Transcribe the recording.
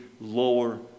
lower